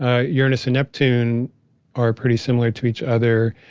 ah uranus and neptune are pretty similar to each other.